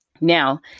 Now